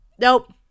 nope